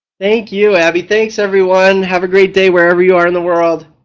thank you abby, thanks everyone have a great day wherever you are in the world.